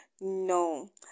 no